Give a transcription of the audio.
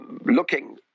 looking